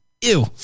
Ew